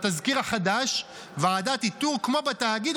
בתזכיר החדש: ועדת איתור כמו בתאגיד,